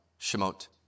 Shemot